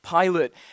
Pilate